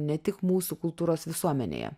ne tik mūsų kultūros visuomenėje